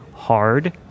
Hard